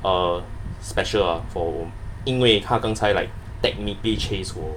uh special ah for 我因为他刚才 like technically chase 我